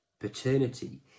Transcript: Paternity